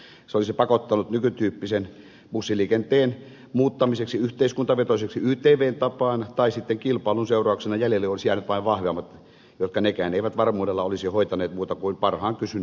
se esitys olisi pakottanut muuttamaan nykytyyppisen bussiliikenteen yhteiskuntavetoiseksi ytvn tapaan tai sitten kilpailun seurauksena jäljelle olisivat jääneet vain vahvimmat jotka nekään eivät varmuudella olisi hoitaneet muuta kuin parhaan kysynnän vuoroja